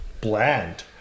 bland